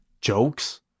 jokes